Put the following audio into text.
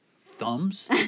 thumbs